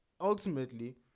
ultimately